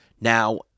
Now